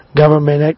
government